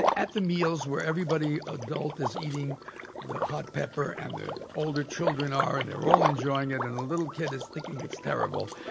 at the meals where everybody adult is eating the hot pepper and the older children are, and they're all enjoying it, and the little kid is thinking, it's terrible.